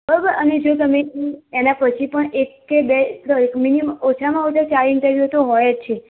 બરાબર અને જો તમે એનાં પછી પણ એક કે બે મિનિમ ઓછામાં ઓછા ચાર ઇન્ટરવ્યુ તો હોય જ છે